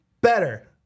better